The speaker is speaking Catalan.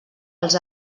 els